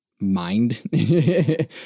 mind